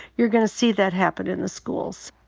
you're gonna see that happen in the schools.